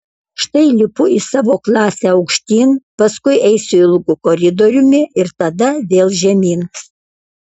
štai lipu į savo klasę aukštyn paskui eisiu ilgu koridoriumi ir tada vėl žemyn